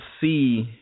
see